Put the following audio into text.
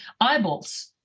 eyeballs